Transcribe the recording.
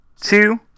two